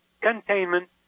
containment